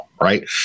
Right